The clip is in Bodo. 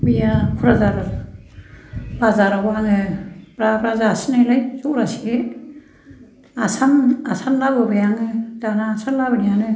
मैया क'क्राझार बाजाराव आङो ब्रा ब्रा जासिनायलाय जरासे आसान लाबोबाय आङो दाना आसान लाबोनायानो